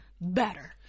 better